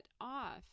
off